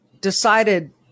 decided